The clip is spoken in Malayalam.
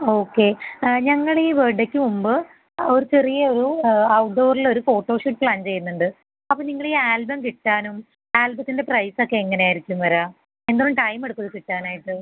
ഓക്കെ ഞങ്ങൾ ഈ ബർത്ത്ഡേയ്ക്ക് മുമ്പ് ഒരു ചെറിയൊരു ഔട്ട്ഡോറിലൊരു ഫോട്ടോഷൂട്ട് പ്ലാൻ ചെയ്യുന്നുണ്ട് അപ്പോൾ നിങ്ങൾ ഈ ആൽബം കിട്ടാനും ആൽബത്തിൻ്റെ പ്രൈസ് ഒക്കെ എങ്ങനെ ആയിരിക്കും വരിക എന്തോരം ടൈം എടുക്കും ഇത് കിട്ടാനായിട്ട്